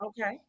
Okay